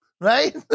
Right